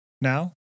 Now